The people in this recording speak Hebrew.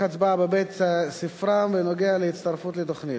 הצבעה בבית-ספרם בנוגע להצטרפות לתוכנית.